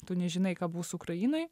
tu nežinai ką bus ukrainoj